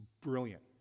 brilliant